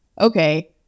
okay